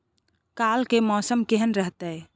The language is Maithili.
काल के मौसम केहन रहत?